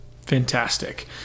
Fantastic